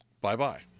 Bye-bye